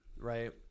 Right